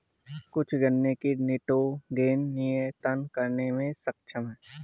गन्ने की कुछ निटोगेन नियतन करने में सक्षम है